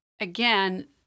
Again